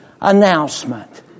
announcement